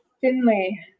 Finley